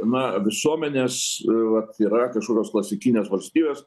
na visuomenės vat yra kažkokios klasikinės valstybės